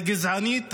הגזענית,